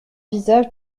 visage